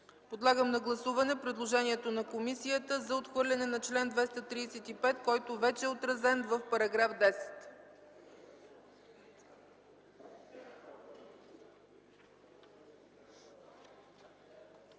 Подлагам на гласуване предложението на комисията за отхвърляне на чл. 235, който вече е отразен в § 10.